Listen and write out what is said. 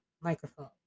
microphone